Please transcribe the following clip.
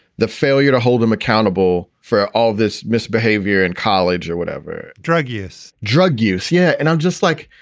the failure to hold him accountable for all of this misbehavior in college or whatever. drug use drug use. yeah. and i'm just like,